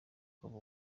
akaba